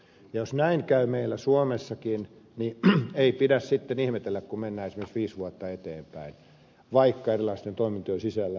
jos näin käy meillä suomessakin niin ei pidä sitten ihmetellä kun mennään esimerkiksi viisi vuotta eteenpäin vaikkapa erilaisten toimintojen sisällä